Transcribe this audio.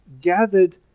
gathered